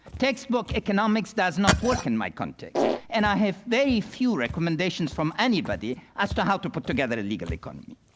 textbook economics does not work in my context, and i have very few recommendations from anybody as to how to put together a legal economy.